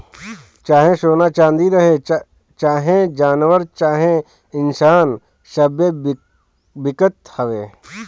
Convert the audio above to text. चाहे सोना चाँदी रहे, चाहे जानवर चाहे इन्सान सब्बे बिकत हवे